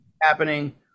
happening